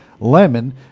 lemon